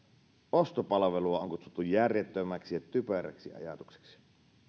ostopalvelua on kutsuttu järjettömäksi ja typeräksi ajatukseksi